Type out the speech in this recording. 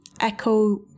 echo